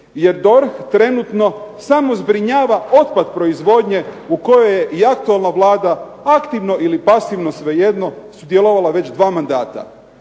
Jer DORH trenutno samo zbrinjava otpad proizvodnje u kojoj je i aktualna Vlada aktivno ili pasivno svejedno sudjelovala već 2 mandata.